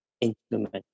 instrument